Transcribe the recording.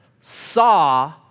saw